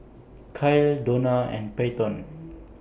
Kael Dona and Peyton